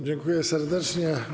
Dziękuję serdecznie.